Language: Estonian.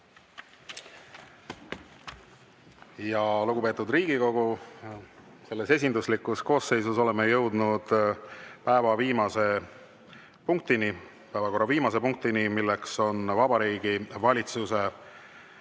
Lugupeetud Riigikogu, selles esinduslikus koosseisus oleme jõudnud päevakorra viimase punktini, milleks on Vabariigi Valitsuse tagasiastumine.